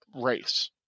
race